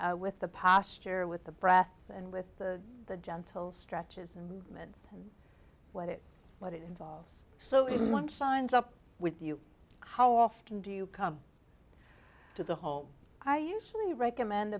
with the posture with the breaths and with the the gentle stretches and movements and what it what it involves so if you want signs up with you how often do you come to the whole i usually recommend